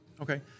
Okay